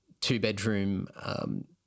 two-bedroom